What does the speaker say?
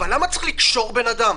אבל למה צריך לקשור בן אדם?